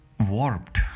warped